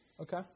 Okay